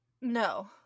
No